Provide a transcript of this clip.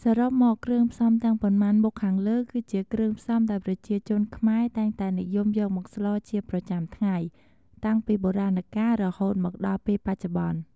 សរុបមកគ្រឿងផ្សំទាំងប៉ុន្មានមុខខាងលើគឺជាគ្រឿងផ្សំដែលប្រជាជនខ្មែរតែងតែនិយមយកមកស្លជាប្រចាំថ្ងៃតាំងពីបុរាណកាលរហូតមកដល់ពេលបច្ចុប្បន្ន។